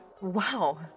Wow